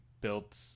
built